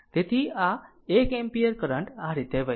તેથી આ 1 ampere current આ રીતે વહેશે